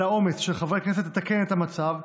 לאומץ של חברי הכנסת לתקן את המצב,